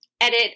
edit